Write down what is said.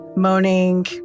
Moaning